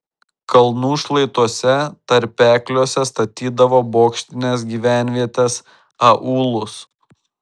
kalnų šlaituose tarpekliuose statydavo bokštines gyvenvietes aūlus